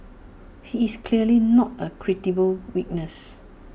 he is clearly not A credible witness